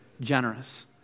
Generous